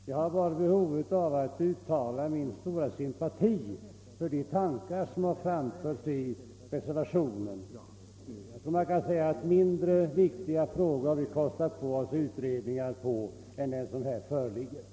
Herr talman! Jag har behov av att uttala min stora sympati för de tankar som har framförts i reservationen. Vi har kostat på oss utredningar på mindre viktiga frågor än den som här föreligger.